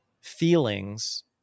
feelings